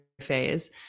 phase